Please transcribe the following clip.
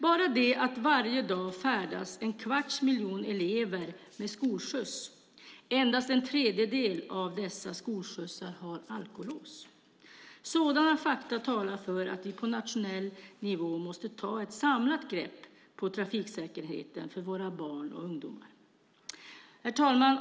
Bara det att varje dag färdas en kvarts miljon elever med skolskjuts och endast en tredjedel av dessa skolskjutsar har alkolås är fakta som talar för att vi på nationell nivå måste ta ett samlat grepp på trafiksäkerheten för våra barn och ungdomar. Herr talman!